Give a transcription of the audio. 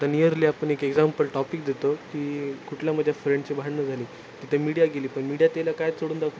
आता नियरली आपण एक एक्झाम्पल टॉपिक देतो की कुठल्या माझ्या फ्रेंडची भांडणं झाली तिथं मीडिया गेली पण मीडिया त्याला काय तोडून दाखवते